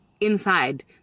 inside